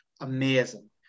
amazing